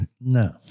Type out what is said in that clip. No